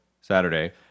Saturday